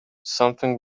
something